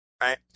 right